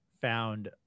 found